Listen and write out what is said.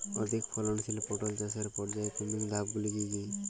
অধিক ফলনশীল পটল চাষের পর্যায়ক্রমিক ধাপগুলি কি কি?